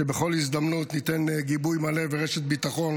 שבכל הזדמנות ניתן גיבוי מלא ורשת ביטחון